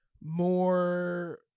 more